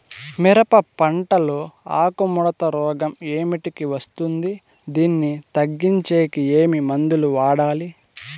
మిరప పంట లో ఆకు ముడత రోగం ఏమిటికి వస్తుంది, దీన్ని తగ్గించేకి ఏమి మందులు వాడాలి?